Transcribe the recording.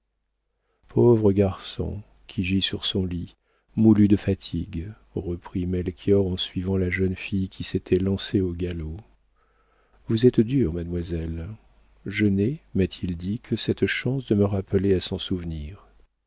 pauvre garçon qui gît sur son lit moulu de fatigue reprit melchior en suivant la jeune fille qui s'était lancée au galop vous êtes dure mademoiselle je n'ai m'a-t-il dit que cette chance de me rappeler à son souvenir